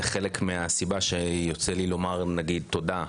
הם חלק מהסיבה שבגללה יוצא לי לומר נגיד תודה,